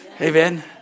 Amen